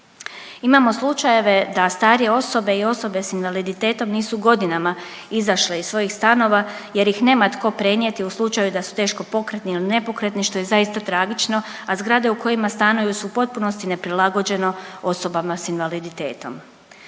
Imamo slučajeve da starije osobe i osobe s invaliditetom nisu godinama izašle iz svojih stanova jer ih nema tko prenijeti u slučaju da su teško pokretni ili nepokretni što je zaista tragično, a zgrade u kojima stanuju su potpunosti neprilagođene osobama s invaliditetom.